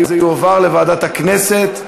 היא תועבר לוועדת הכנסת.